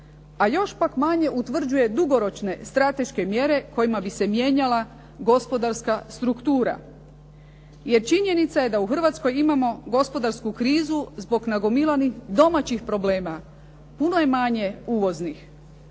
a još pak manje utvrđuje dugoročne strateške mjere kojima bi se mijenjala gospodarska struktura. Jer činjenica je da u Hrvatskoj imamo gospodarsku krizu zbog nagomilanih domaćih problema. Puno je manje uvoznih.